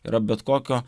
yra bet kokio